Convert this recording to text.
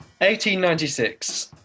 1896